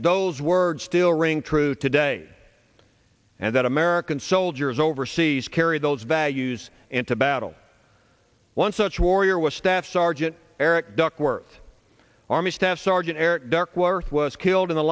those words still ring true today and that american soldiers overseas carry those values into battle one such warrior was staff sergeant eric duckworth army staff sergeant eric duckworth was killed in the